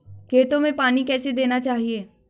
खेतों में पानी कैसे देना चाहिए?